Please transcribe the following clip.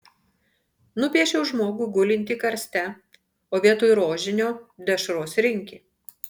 nupiešiau žmogų gulintį karste o vietoj rožinio dešros rinkė